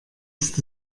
ist